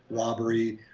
robbery,